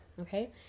okay